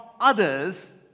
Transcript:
others